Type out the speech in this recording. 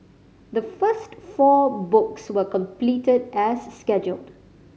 the first four books were completed as scheduled